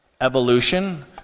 evolution